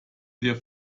dir